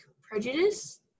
prejudice